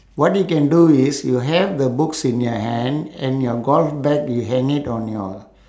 what you can do is you have the books in your hand and your golf bag you hang it on your